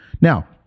now